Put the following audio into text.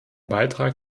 beitrag